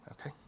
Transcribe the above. okay